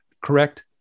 correct